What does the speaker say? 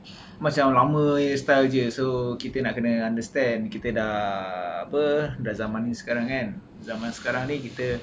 macam lama punya style jer so kita nak kena understand kita dah apa dah zaman ni sekarang kan zaman sekarang ni kita